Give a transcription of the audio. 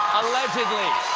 allegedly.